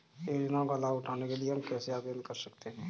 योजनाओं का लाभ उठाने के लिए हम कैसे आवेदन कर सकते हैं?